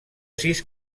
sis